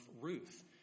Ruth